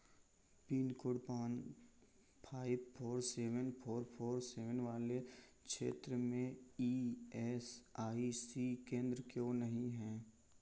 pin code पाँच five four seven four four seven वाले क्षेत्र में ई एस आई सी केंद्र क्यों नहीं है